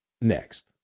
next